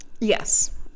Yes